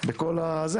בכל הזה.